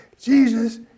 Jesus